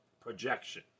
Projection